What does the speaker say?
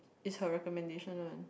is her recommendation [one]